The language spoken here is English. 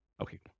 Okay